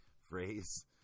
phrase